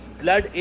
blood